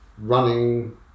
running